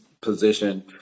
position